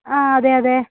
അ അതെ അതെ